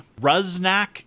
Rusnak